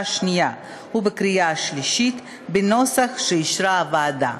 השנייה ובקריאה השלישית בנוסח שאישרה הוועדה.